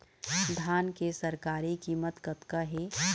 धान के सरकारी कीमत कतका हे?